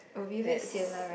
will be a bit sian lah [right]